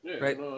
right